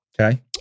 Okay